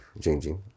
changing